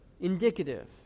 Indicative